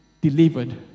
delivered